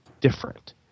different